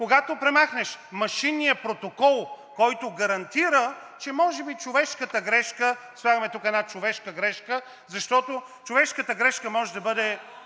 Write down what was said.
когато премахнеш машинния протокол, който гарантира, че може би човешката грешка – слагаме тук една човешка грешка, защото човешката грешка може да бъде